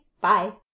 Bye